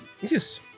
Yes